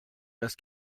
just